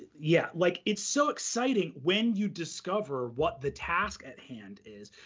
yeah, like it's so exciting when you discover what the task at hand is,